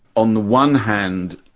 on the one hand,